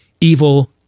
evil